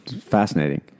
fascinating